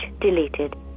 deleted